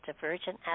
divergent